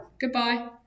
Goodbye